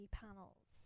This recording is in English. panels